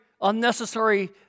unnecessary